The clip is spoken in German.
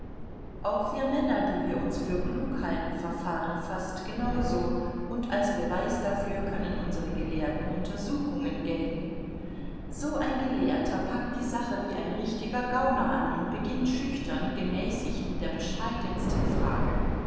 auch wir männer die wir uns für klug halten verfahren fast genau so und als beweis dafür können unsere gelehrten untersuchungen gelten so ein gelehrter packt die sache wie ein richtiger gauner an und beginnt schüchtern gemäßigt mit der bescheidensten frage